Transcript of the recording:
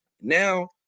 Now